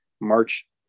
March